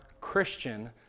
Christian